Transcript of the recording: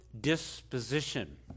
disposition